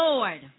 Lord